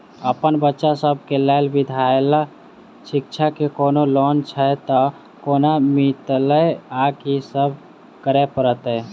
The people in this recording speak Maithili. अप्पन बच्चा सब केँ लैल विधालय शिक्षा केँ कोनों लोन छैय तऽ कोना मिलतय आ की सब करै पड़तय